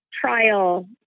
trial